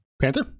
panther